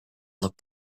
look